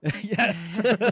Yes